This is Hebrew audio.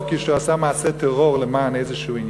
כשהוא עשה מעשה טרור למען עניין כלשהו.